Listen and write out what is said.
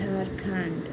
Jharkhand